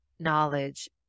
knowledge